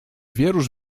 wierusz